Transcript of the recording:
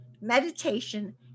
meditation